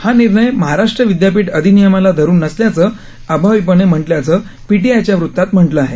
हा निर्णय महाराष्ट्र विद्यापीठ अधिनियमाला धरून नसल्याचं अभाविपने म्हटल्याचं पीटीआयच्या वृत्तात म्हटलं आहे